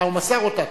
הוא מסר אותה.